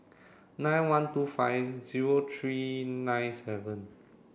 nine one two five zero three nine seven